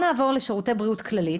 שירותי בריאות כללית